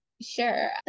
Sure